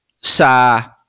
sa